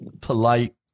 polite